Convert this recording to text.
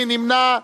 מי נמנע?